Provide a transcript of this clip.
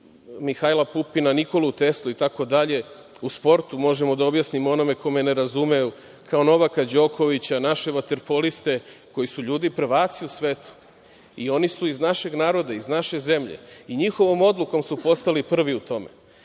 Mihajla Pupina, Nikolu Teslu itd. U sportu, možemo da objasnimo onome ko me ne razume, kao Novaka Đokovića, naše vaterpoliste, koji su ljudi prvaci u svetu i oni su iz našeg naroda, iz naše zemlje. Njihovom odlukom su postali prvi u tome,